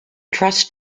trust